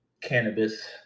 cannabis